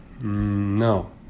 No